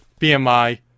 BMI